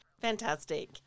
Fantastic